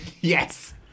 Yes